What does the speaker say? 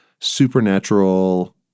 supernatural